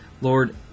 Lord